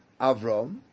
Avram